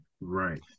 right